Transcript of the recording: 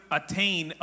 attain